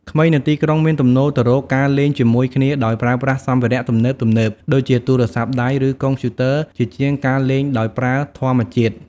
ក្មេងនៅទីក្រុងមានទំនោរទៅរកការលេងជាមួយគ្នាដោយប្រើប្រាស់សម្ភារៈទំនើបៗដូចជាទូរស័ព្ទដៃឬកុំព្យូទ័រជាជាងការលេងដោយប្រើធម្មជាតិ។